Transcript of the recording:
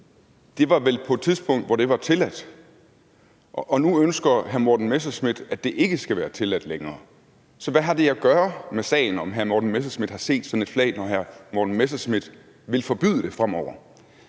det vel på et tidspunkt, hvor det var tilladt, og nu ønsker hr. Morten Messerschmidt, at det ikke skal være tilladt længere. Så hvad har det at gøre med sagen, om hr. Morten Messerschmidt har set sådan et flag, når hr. Morten Messerschmidt vil forbyde det fremover?